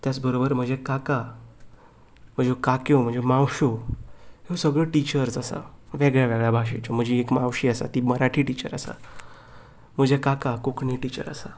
तेच बरोबर म्हजे काका म्हज्यो काक्यो म्हज्यो मावश्यो ह्यो सगळ्यो टिचर्स आसा वेगळ्यावेगळ्या भाशेच्यो म्हजी एक मावशी आसा ती मराठी टिचर आसा म्हजे काका कोंकणी टिचर आसा